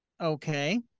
Okay